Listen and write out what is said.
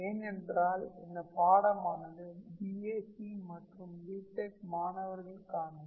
ஏனென்றால் இந்த பாடமானது BSc மற்றும் BTech மாணவர்களுக்கானது